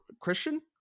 Christian